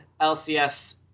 LCS